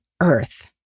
earth